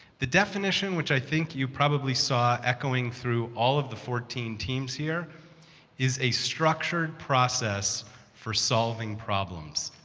the definition which i think you probably saw echoing through all of the fourteen teams here is a structured process for solving problems.